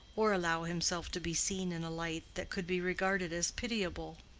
or allow himself to be seen in a light that could be regarded as pitiable.